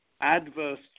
adverse